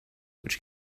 which